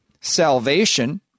Salvation